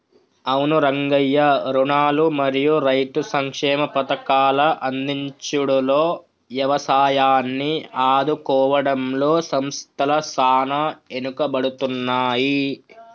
అవును రంగయ్య రుణాలు మరియు రైతు సంక్షేమ పథకాల అందించుడులో యవసాయాన్ని ఆదుకోవడంలో సంస్థల సాన ఎనుకబడుతున్నాయి